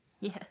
Yes